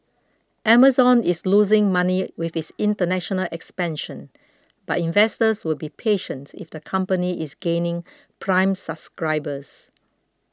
Amazon is losing money with its international expansion but investors will be patient if the company is gaining prime subscribers